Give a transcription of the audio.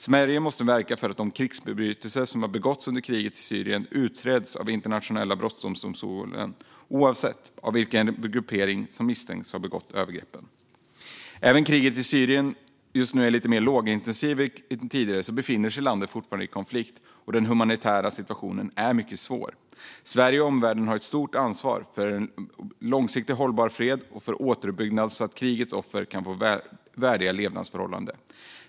Sverige måste verka för att de krigsförbrytelser som har begåtts under kriget i Syrien utreds av Internationella brottmålsdomstolen oavsett vilken gruppering som misstänks ha begått övergreppen. Även om kriget i Syrien just nu är mer lågintensivt än tidigare så befinner sig landet fortfarande i konflikt, och den humanitära situationen är mycket svår. Sverige och omvärlden har ett stort ansvar för att bidra till en långsiktigt hållbar fred och för återuppbyggnad så att krigets offer kan få värdiga levnadsförhållanden.